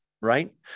right